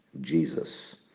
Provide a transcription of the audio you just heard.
jesus